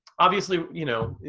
obviously, you know,